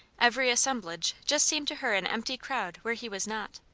every assemblage just seemed to her an empty crowd where he was not.